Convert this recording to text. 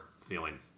feeling